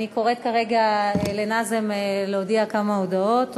אני קוראת כרגע לנאזם להודיע כמה הודעות.